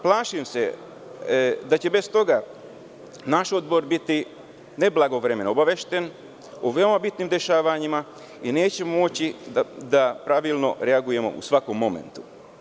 Plašim se da će bez toga naš odbor biti neblagovremeno obavešten o veoma bitnim dešavanjima i nećemo moći da pravilno reagujemo u svakom momentu.